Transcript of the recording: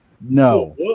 no